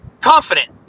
confident